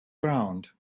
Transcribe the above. ground